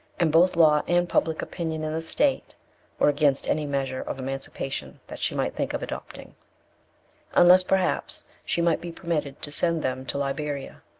and both law and public opinion in the state were against any measure of emancipation that she might think of adopting unless, perhaps, she might be permitted to send them to liberia.